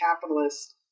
capitalist